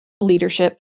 leadership